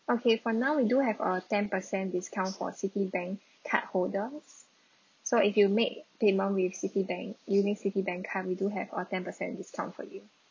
okay for now we do have uh ten percent discount for citibank cardholders so if you make payment with citibank unique citibank card we do have our ten percent discount for you